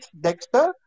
Dexter